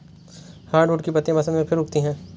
hardwood की पत्तियां बसन्त में फिर उगती हैं